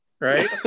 right